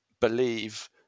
believe